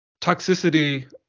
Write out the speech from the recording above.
toxicity